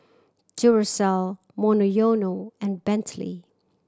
Duracell Monoyono and Bentley